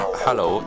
Hello